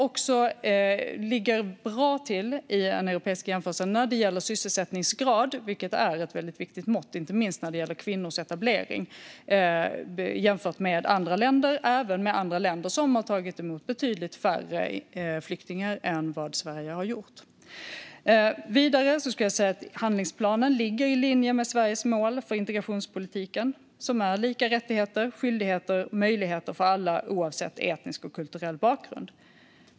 Sverige ligger bra till i europeisk jämförelse när det gäller sysselsättningsgrad, vilket är ett viktigt mått inte minst i fråga om kvinnors etablering. Det gäller även i jämförelse med andra länder som har tagit emot betydligt färre flyktingar än vad Sverige har gjort. Handlingsplanen ligger i linje med Sveriges mål för integrationspolitiken, det vill säga lika rättigheter, skyldigheter och möjligheter för alla oavsett etnisk och kulturell bakgrund.